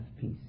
peace